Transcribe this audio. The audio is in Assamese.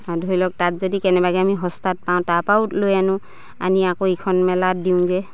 ধৰি লওক তাত যদি কেনেবাকে আমি সস্তাত পাওঁ তাপাও লৈ আনো আনি আকৌ ইখন মেলাত দিওঁগে